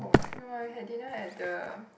no I had didn't at the